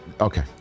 okay